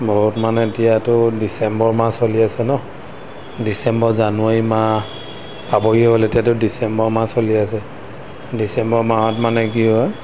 বহুত মানে এতিয়াতো ডিচেম্বৰ মাহ চলি আছে ন' ডিচেম্বৰ জানুৱাৰী মাহ পাবহি হ'ল এতিয়াতো ডিচেম্বৰ মাহ চলি আছে ডিচেম্বৰ মাহত মানে কি হয়